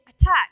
attack